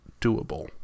doable